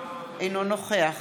אינו נוכח